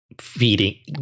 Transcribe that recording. feeding